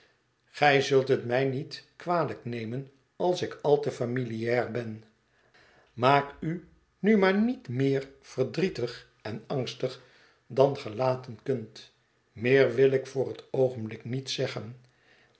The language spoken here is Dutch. gij zult het mij wel niet kwalijk nemen als ik al te familiaar ben maak u nu maar niet meer verdrietig en angstig dan ge niet laten kunt meer wil ik voor het oogenblik niet zeggen